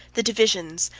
the divisions,